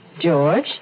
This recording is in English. George